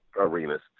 arenas